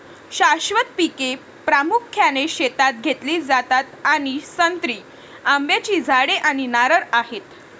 शाश्वत पिके प्रामुख्याने शेतात घेतली जातात आणि संत्री, आंब्याची झाडे आणि नारळ आहेत